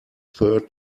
third